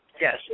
Yes